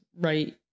right